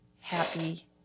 happy